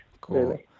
Cool